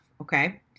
okay